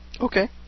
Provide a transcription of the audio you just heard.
Okay